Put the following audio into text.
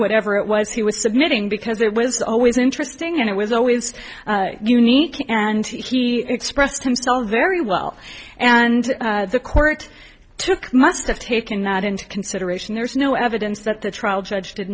whatever it was he was submitting because it was always interesting and it was always unique and he expressed himself very well and the court took must have taken that into consideration there is no evidence that the trial judge did